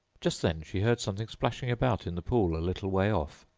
just then she heard something splashing about in the pool a little way off,